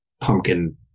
pumpkin